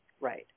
Right